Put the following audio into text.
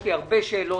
יש לי הרבה שאלות,